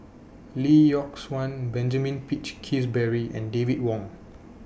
Lee Yock Suan Benjamin Peach Keasberry and David Wong